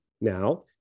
Now